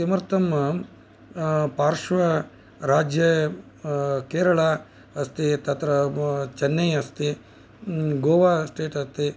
किमर्थं पार्श्वराज्ये केरला अस्ति तत्र चेन्नै अस्ति गोवा अस्ति तत्